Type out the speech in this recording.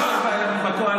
החלטות שלך, שלך.